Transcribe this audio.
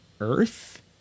earth